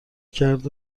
کرد